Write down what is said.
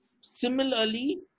Similarly